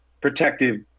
protective